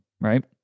right